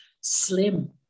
slim